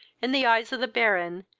in the eyes of the baron,